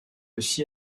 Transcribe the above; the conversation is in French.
aussi